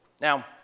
Now